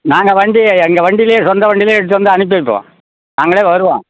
நாங்கள் வண்டி எங்கள் வண்டிலேயே சொந்த வண்டியிலேயே எடுத்து வந்து அனுப்பி வைப்போம் நாங்களே வருவோம்